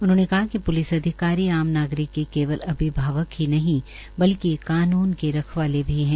उन्होंने कहा िक प्लिस अधिकारी आम नागरिक के केवल अभिभावक ही नहीं बल्कि कानून के रखवाले भी है